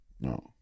No